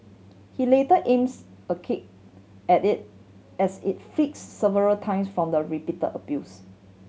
he later aims a kick at it as it flinches several times from the repeat abuse